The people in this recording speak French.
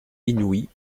inouïe